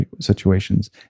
situations